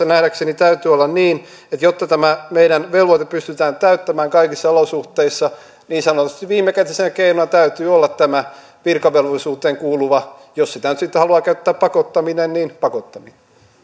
nähdäkseni täytyy olla niin että jotta tämä meidän velvoite pystytään täyttämään kaikissa olosuhteissa niin sanotusti viimekätisenä keinona täytyy olla tämä virkavelvollisuuteen kuuluva jos siitä nyt sitten haluaa käyttää sanaa pakottaminen niin pakottaminen